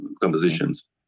compositions